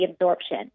absorption